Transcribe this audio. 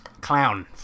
clown